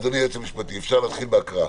אדוני היועץ המשפטי, אפשר להתחיל בהקראה.